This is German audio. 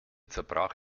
zerbrach